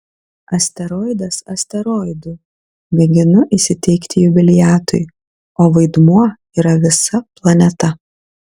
asteroidas asteroidu mėginu įsiteikti jubiliatui o vaidmuo yra visa planeta